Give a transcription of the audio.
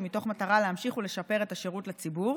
ומתוך מטרה להמשיך ולשפר את השירות לציבור,